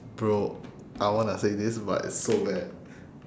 bro I wanna say this but it's so bad